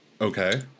Okay